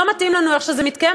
לא מתאים לנו איך שזה מתקיים,